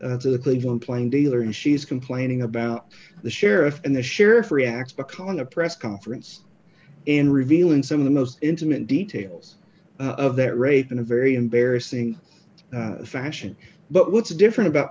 of the cleveland plain dealer and she's complaining about the sheriff and the sheriff reacts because on a press conference in revealing some of the most intimate details of that rape in a very embarrassing fashion but what's different about